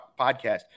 podcast